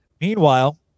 Meanwhile